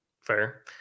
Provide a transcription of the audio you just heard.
Fair